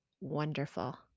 wonderful